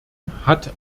hat